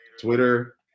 Twitter